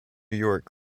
york